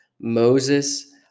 Moses